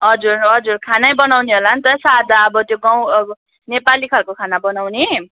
हजुर हजुर खानै बनाउने होला नि त सादा अब त्यो गाउँ अब नेपाली खालको खाना बनाउने